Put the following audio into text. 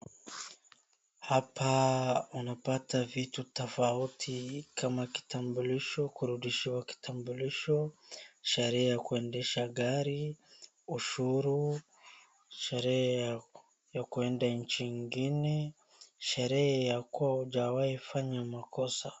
Hapa unapata vitu tofauti kama kitambulisho, kurudishiwa kitambulisho, sheria ya kuendesha gari, ushuru, sheria ya kuenda nchi ingine, sheria ya kuwa hujawahi fanya makosa.